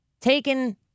taken